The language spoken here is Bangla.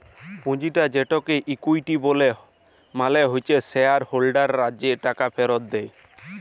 পুঁজিটা যেটাকে ইকুইটি ব্যলে মালে হচ্যে শেয়ার হোল্ডাররা যে টাকা ফেরত দেয়